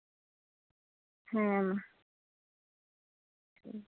ᱦᱮᱸ ᱢᱟ